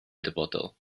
dyfodol